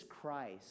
Christ